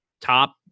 top